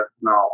now